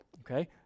Okay